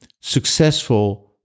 successful